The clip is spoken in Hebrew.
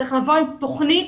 צריך לבוא עם תכנית